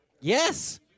yes